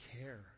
care